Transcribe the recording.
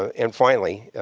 and, finally,